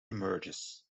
emerges